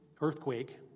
earthquake